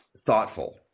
thoughtful